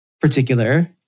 particular